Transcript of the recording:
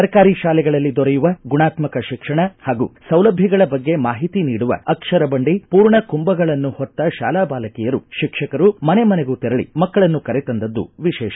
ಸರ್ಕಾರಿ ತಾಲೆಗಳಲ್ಲಿ ದೊರೆಯುವ ಗುಣಾತ್ಮಕ ಶಿಕ್ಷಣ ಹಾಗೂ ಸೌಲಭ್ಯಗಳ ಬಗ್ಗೆ ಮಾಹಿತಿ ನೀಡುವ ಅಕ್ಷರ ಬಂಡಿ ಪೂರ್ಣ ಕುಂಭಗಳನ್ನು ಹೊತ್ತ ಶಾಲಾ ಬಾಲಕಿಯರು ಶಿಕ್ಷಕರು ಮನೆ ಮನೆಗೂ ತೆರಳಿ ಮಕ್ಕಳನ್ನು ಕರೆತಂದದ್ದು ವಿಶೇಷ